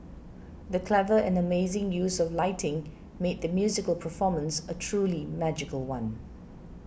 the clever and amazing use of lighting made the musical performance a truly magical one